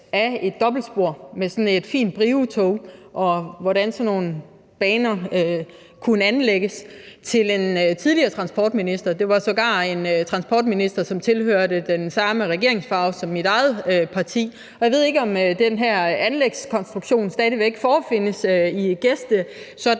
fint Briotog, med hensyn til hvordan sådan nogle baner kunne anlægges, til en tidligere transportminister. Det var sågar en transportminister, som tilhørte den samme regeringsfarve som mit eget parti. Jeg ved ikke, om den her anlægskonstruktion stadig væk forefindes i